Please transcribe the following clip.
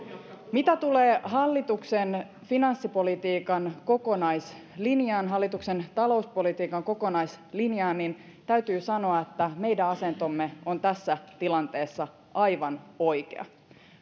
mitä tulee hallituksen finanssipolitiikan kokonaislinjaan hallituksen talouspolitiikan kokonaislinjaan niin täytyy sanoa että meidän asentomme on tässä tilanteessa aivan oikea